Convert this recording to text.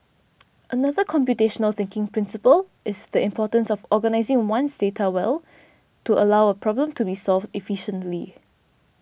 another computational thinking principle is the importance of organising one's data well to allow a problem to be solved efficiently